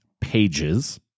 pages